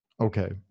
Okay